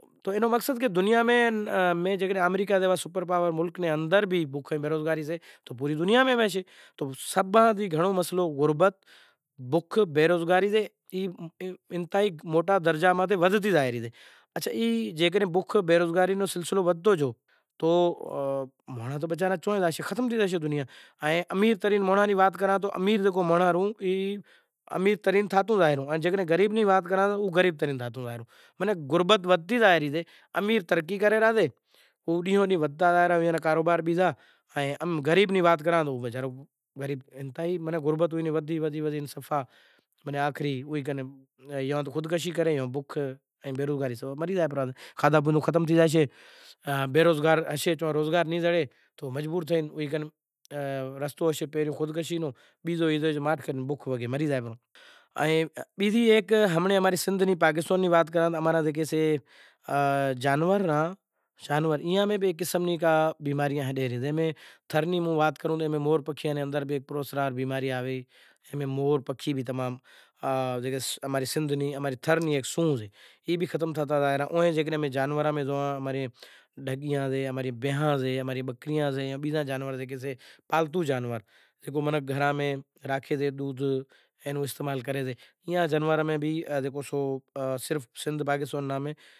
کیدے نو مقصد کہ جے آمریکا جیوے ملک میں بکھ بیروزگاری سے تو پوری دنیا میں سے سبھاں سیں گھنڑو مسئلو غربت بکھ بیروزگاری سے ان ای بکھ بے روزگاری نو مسئلو ودھتو گیو تو مانڑاں تو وچارا شوں زاشیں ختم تھئی زاشیں، امیر ترین مانڑاں نی وات کراں تو ای امیر تریں مانڑو امیر تریں تھاتو زائے رو ائیں غریب ری وات کراں تو او غریب ترین تھاتو زائے ریو۔ مور پکھی بھی تمام ای بھی اماں ری سندھ نی تھڑ نی سونہں سے ای بھی ختم تھاتا زائیں ریا زانوراں میں زوئاں تو بھینشوں سے باکری سے پالتو جانور زکو گھراں میں راکھیں شیں دودھ لیوا ای جانور بھی سو سندھ پاکستان میں